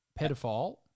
Pedophile